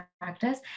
practice